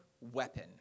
weapon